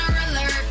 alert